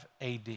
AD